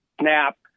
SNAP